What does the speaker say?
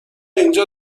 اینجا